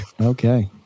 Okay